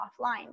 offline